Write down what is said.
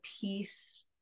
peace